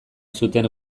zuten